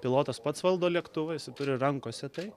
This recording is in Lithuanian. pilotas pats valdo lėktuvą jisai turi rankose tai